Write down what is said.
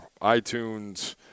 iTunes